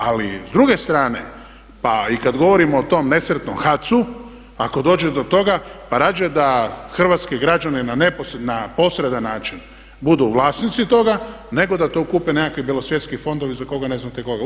Ali s druge strane pa i kad govorimo o tom nesretnom HAC-u ako dođe do toga pa radije da hrvatski građani na posredan način budu vlasnici toga nego da to kupe nekakvi bjelosvjetski fondovi za koje ne znate tko su.